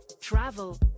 travel